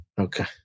Okay